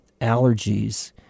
allergies